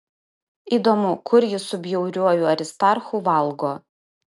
įdomu kur jis su bjauriuoju aristarchu valgo